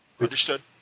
Understood